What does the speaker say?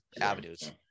avenues